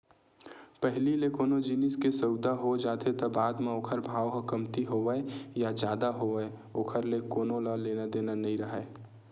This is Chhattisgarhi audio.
पहिली ले कोनो जिनिस के सउदा हो जाथे त बाद म ओखर भाव ह कमती होवय या जादा ओखर ले कोनो लेना देना नइ राहय